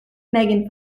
megan